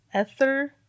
Ether